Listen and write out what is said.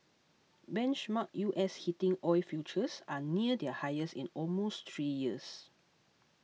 benchmark U S heating oil futures are near their highest in almost three years